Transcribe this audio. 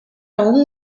aún